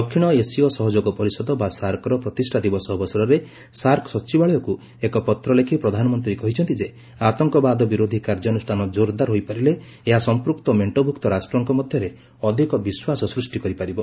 ଦକ୍ଷିଣ ଏସୀୟ ସହଯୋଗ ପରିଷଦ ବା ସାର୍କର ପ୍ରତିଷ୍ଠା ଦିବସ ଅବସରରେ ସାର୍କ ସଚିବାଳୟକୁ ଏକ ପତ୍ର ଲେଖି ପ୍ରଧାନମନ୍ତ୍ରୀ କହିଛନ୍ତି ଯେ ଆତଙ୍କବାଦ ବିରୋଧୀ କାର୍ଯ୍ୟାନୁଷ୍ଠାନ ଜୋରଦାର ହୋଇପାରିଲେ ଏହା ସଂପୃକ୍ତ ମେଣ୍ଟଭୁକ୍ତ ରାଷ୍ଟ୍କ ମଧ୍ୟରେ ଅଧିକ ବିଶ୍ୱାସ ସୃଷ୍ଟି କରିପାରିବ